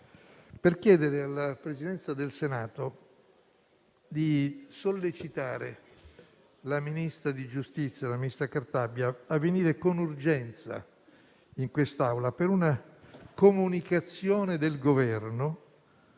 per chiedere alla Presidenza del Senato di sollecitare la ministra della giustizia Cartabia a venire con urgenza in quest'Aula per una comunicazione del Governo